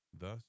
Thus